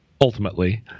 ultimately